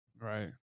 Right